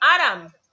Adam